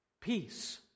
Peace